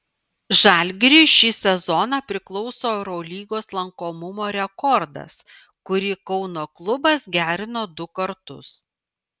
žalgiriui šį sezoną priklauso eurolygos lankomumo rekordas kurį kauno klubas gerino du kartus